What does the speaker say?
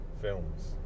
films